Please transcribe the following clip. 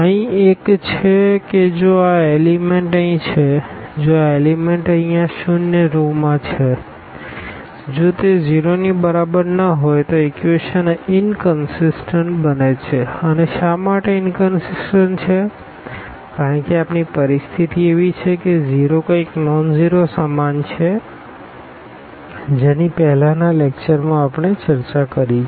અહીં એક એ છે કે જો આ એલીમેન્ટઅહીં છે જો આ એલીમેન્ટ અહીં આ ઝીરો રોમાં છે જો તે 0 ની બરાબર ન હોય તો ઇક્વેશન ઇનકનસીસટન્ટ બને છે અને શા માટે ઇનકનસીસટન્ટ છે કારણ કે આપણી પરિસ્થિતિ એવી છે કે 0 કંઈક નોનઝીરો સમાન છે જેની પહેલાના લેકચરમાંમાં આપણે ચર્ચા કરી છે